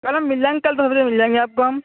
کل ہم مل جائیں گے کل دو بجے مل جائیں گے آپ کو ہم